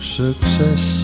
success